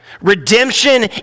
redemption